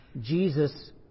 Jesus